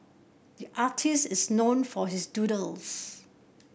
the artist is known for his doodles